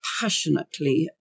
passionately